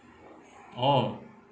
orh